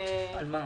אנחנו עוסקים בסעיף